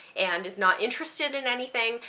and is not interested in anything.